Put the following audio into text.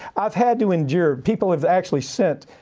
i've had to endure, people have actually sent,